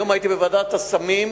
היום הייתי בוועדת הסמים,